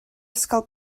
ysgol